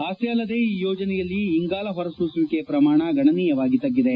ಅಷ್ಲೇ ಅಲ್ಲದೇ ಈ ಯೋಜನೆಯಲ್ಲಿ ಇಂಗಾಲ ಹೊರ ಸೂಸುವಿಕೆ ಪ್ರಮಾಣವು ಗಣನೀಯವಾಗಿ ತಗ್ಗಿದೆ